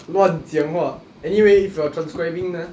乱讲话 anyway if you are transcribing ah